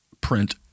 print